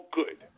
good